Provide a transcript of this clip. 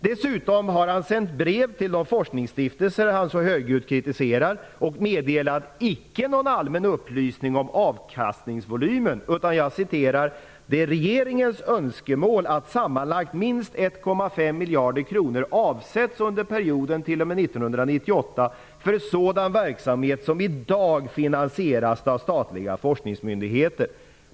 Han har dessutom sänt brev till de forskningsstiftelser som han så högljutt kritiserar, icke för att meddela någon allmän upplysning om avkastningsvolymen utan för att säga följande: Det är regeringens önskemål att sammanlagt minst 1,5 miljarder kronor avsätts under perioden t.o.m. 1998 för sådan verksamhet som i dag finansieras av statliga forskningsmyndigheter.